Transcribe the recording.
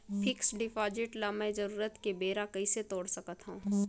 Fixed deposit ल मैं जरूरत के बेरा कइसे तोड़ सकथव?